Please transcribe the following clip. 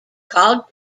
called